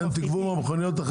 אנחנו מפחיתים.